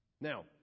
Now